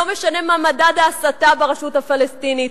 לא משנה מה מדד ההסתה ברשות הפלסטינית.